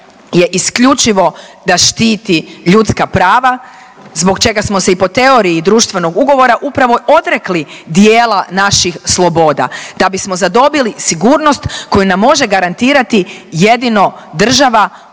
je isključivo da štiti ljudska prava zbog čega smo se i po teoriji društvenog ugovora upravo odrekli dijela naših sloboda da bismo zadobili sigurnost koju nam može garantirati jedino država